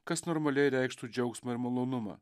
kas normaliai reikštų džiaugsmą ir malonumą